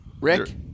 Rick